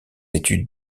études